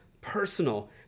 personal